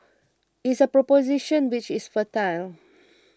it's a proposition which is fertile